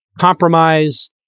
compromise